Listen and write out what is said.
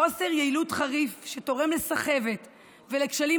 חוסר יעילות חריף שתורם לסחבת ולכשלים